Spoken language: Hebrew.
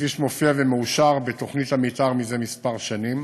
הכביש מופיע ומאושר בתוכנית המתאר זה כמה שנים.